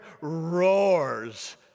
roars